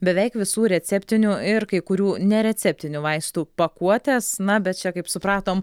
beveik visų receptinių ir kai kurių nereceptinių vaistų pakuotės na bet čia kaip supratom